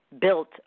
built